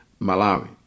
Malawi